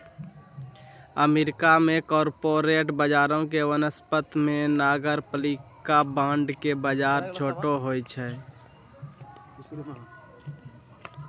America मे corporate बजारो के वनिस्पत मे नगरपालिका बांड के बजार छोटो होय छै